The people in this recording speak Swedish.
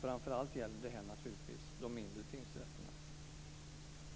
Framför allt gäller det naturligtvis de mindre tingsrätterna.